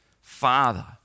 father